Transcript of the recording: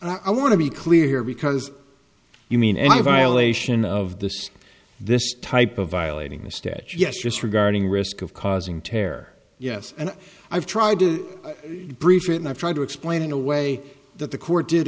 think i want to be clear here because you mean any violation of this this type of violating the statue yes just regarding risk of causing tear yes and i've tried to breach and i've tried to explain in a way that the court did